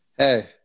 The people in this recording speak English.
hey